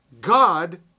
God